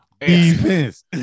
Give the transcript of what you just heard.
Defense